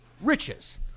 riches